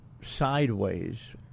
sideways